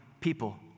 people